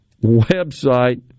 website